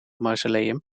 mausoleum